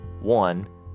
One